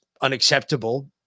unacceptable